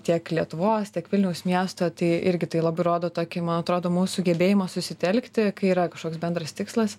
tiek lietuvos tiek vilniaus miesto tai irgi tai labai rodo tokį man atrodo mūsų gebėjimą susitelkti kai yra kažkoks bendras tikslas